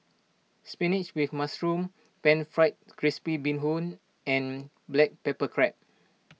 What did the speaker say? Spinach with Mushroom Pan Fried Crispy Bee Hoon and Black Pepper Crab